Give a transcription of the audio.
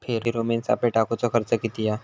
Pheromone सापळे टाकूचो खर्च किती हा?